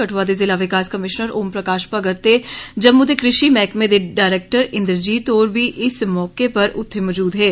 कठुआ दे जिला विकास कमीश्नर ओम प्रकाश भगत ते जम्मू दे कृषि मैहकमे दे डायरेक्टर इंद्रजीत होर बी इस मौके पर उत्थे मौजूद हे